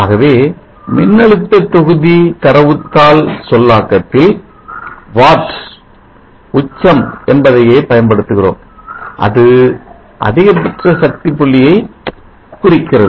ஆகவே ஒளிமின்னழுத்த தொகுதி தரவு தாள் சொல்லாக்கத்தில் வாட் உச்சம் என்பதையே பயன்படுத்துகிறோம் அது அதிகபட்ச சக்தி புள்ளியை குறிக்கிறது